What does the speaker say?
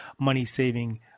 money-saving